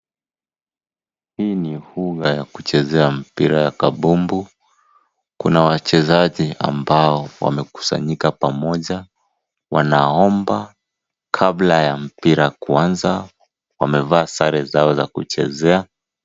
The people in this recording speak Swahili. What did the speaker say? Hii ni mbuga ya kuchezea mpira ya kapumbu, kuna wachezaji ambao wamekusanyika pamoja wanaomba kabla ya mpira kuanza, wamevaa sare zao za kuchezea